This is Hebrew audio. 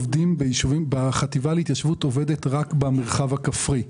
החטיבה להתיישבות עובדת רק במרחב הכפרי.